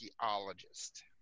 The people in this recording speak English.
archaeologist